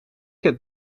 het